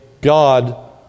God